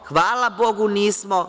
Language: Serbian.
Hvala Bogu nismo.